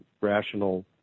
rational